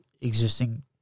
existing